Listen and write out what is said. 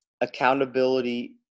accountability